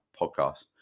podcast